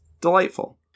delightful